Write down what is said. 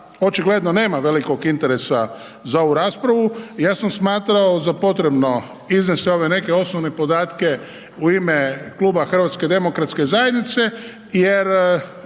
očigledno nema velikog interesa za ovu raspravu ja sam smatrao za potrebno iznesti ove neke osnovne podatke u ime Kluba HDZ-a jer ove promjene koje